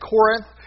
Corinth